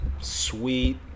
sweet